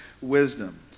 wisdom